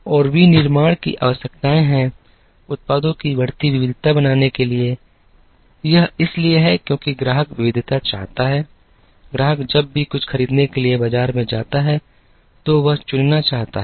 और विनिर्माण की आवश्यकताएं हैं उत्पादों की बढ़ती विविधता बनाने के लिए यह इसलिए है क्योंकि ग्राहक विविधता चाहता है ग्राहक जब भी कुछ खरीदने के लिए बाजार में जाता है तो वह चुनना चाहता है